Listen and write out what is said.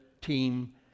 team